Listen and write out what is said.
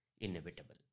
inevitable